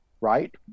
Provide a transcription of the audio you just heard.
right